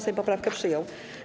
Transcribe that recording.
Sejm poprawkę przyjął.